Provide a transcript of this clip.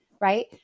right